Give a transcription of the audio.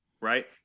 right